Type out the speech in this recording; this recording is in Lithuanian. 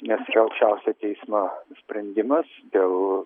nes aukščiausio teismo sprendimas dėl